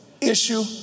issue